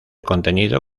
contenido